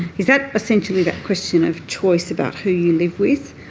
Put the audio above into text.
is that essentially that question of choice about who you live with,